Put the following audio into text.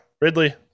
ridley